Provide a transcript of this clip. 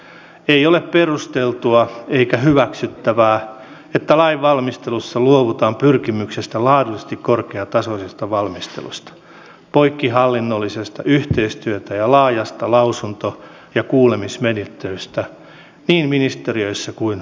ei ole perusteltua eikä hyväksyttävää että lainvalmistelussa luovutaan pyrkimyksestä laadullisesti korkeatasoiseen valmisteluun poikkihallinnollisesta yhteistyöstä ja laajasta lausunto ja kuulemismenettelystä niin ministeriöissä kuin valiokunnassa